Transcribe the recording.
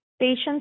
patients